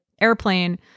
airplane